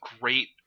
great